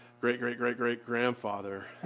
great-great-great-great-grandfather